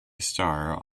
star